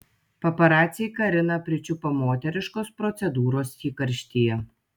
paparaciai kariną pričiupo moteriškos procedūros įkarštyje